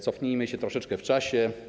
Cofnijmy się troszeczkę w czasie.